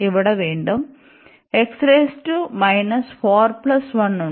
ഇവിടെ വീണ്ടും ഉണ്ട്